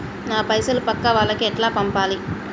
నా పైసలు పక్కా వాళ్లకి ఎట్లా పంపాలి?